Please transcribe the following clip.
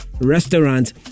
Restaurant